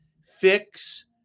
fix